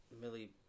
Millie